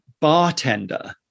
bartender